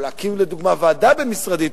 לדוגמה להקים ועדה בין-משרדית,